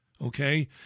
okay